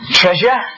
treasure